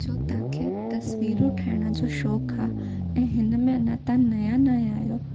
जो तव्हांखे तसवीरूं ठाहिण जो शौक़ु आहे ऐं हिन में तव्हां नया नया आहियो